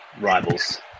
rivals